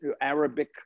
Arabic